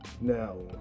Now